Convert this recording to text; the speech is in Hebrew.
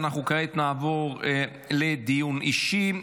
כעת נעבור לדיון אישי.